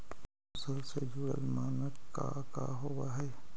फसल से जुड़ल मानक का का होव हइ?